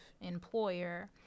employer